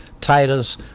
Titus